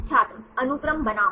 छात्र अनुक्रम बनाम